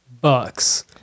bucks